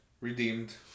redeemed